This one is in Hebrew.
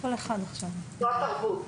זו התרבות.